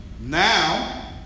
Now